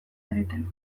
egiten